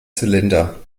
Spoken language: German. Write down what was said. zylinder